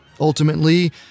Ultimately